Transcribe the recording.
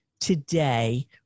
today